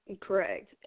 Correct